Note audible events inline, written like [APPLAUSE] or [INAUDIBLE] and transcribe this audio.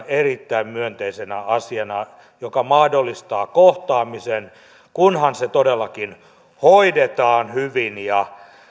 [UNINTELLIGIBLE] erittäin myönteisenä asiana joka mahdollistaa kohtaamisen kunhan se todellakin hoidetaan hyvin ja